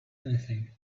anything